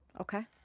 Okay